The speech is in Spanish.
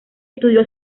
estudió